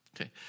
okay